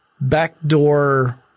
backdoor